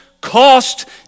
Cost